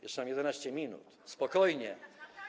Jeszcze mam 11 minut, spokojnie.